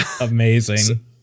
amazing